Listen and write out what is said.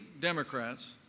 Democrats